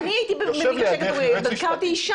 אני הייתי במשחקי כדורגל.